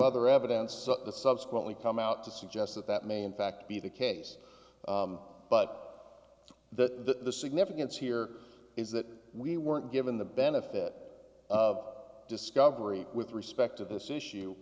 other evidence subsequently come out to suggest that that may in fact be the case but the significance here is that we weren't given the benefit of discovery with respect to this issue